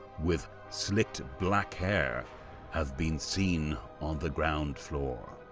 with slicked black hair have been seen on the ground floor,